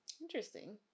Interesting